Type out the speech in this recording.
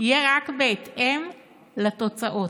יהיה רק בהתאם לתוצאות,